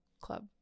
club